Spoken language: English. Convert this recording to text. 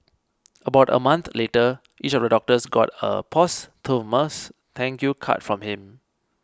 about a month later each of the doctors got a posthumous thank you card from him